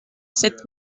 sept